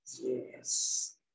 Yes